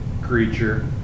creature